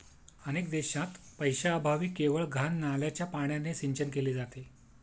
अनेक देशांत पैशाअभावी केवळ घाण नाल्याच्या पाण्याने सिंचन केले जाते